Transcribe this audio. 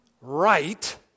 right